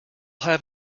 have